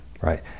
right